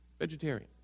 vegetarian